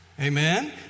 Amen